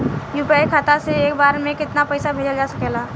UPI खाता से एक बार म केतना पईसा भेजल जा सकेला?